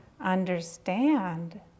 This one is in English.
understand